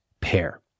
pair